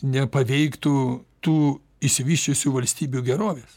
nepaveiktų tų išsivysčiusių valstybių gerovės